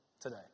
today